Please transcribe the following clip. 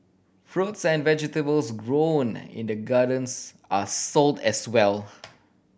fruits and vegetables grown in the gardens are sold as well